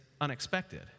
unexpected